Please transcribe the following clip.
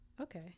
Okay